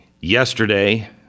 yesterday